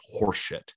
horseshit